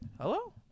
Hello